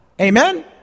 Amen